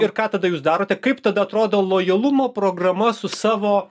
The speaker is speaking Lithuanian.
ir ką tada jūs darote kaip tada atrodo lojalumo programa su savo